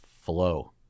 flow